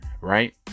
right